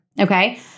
Okay